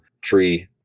tree